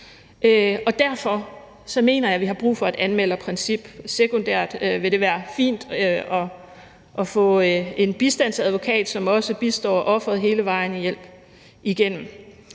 derfor mener jeg, at vi har brug for et anmelderprincip; sekundært vil det være fint at få en bistandsadvokat, som også bistår offeret hele vejen igennem.